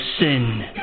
sin